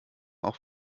auch